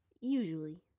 Usually